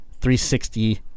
360